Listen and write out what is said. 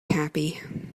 happy